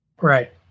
Right